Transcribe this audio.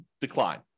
decline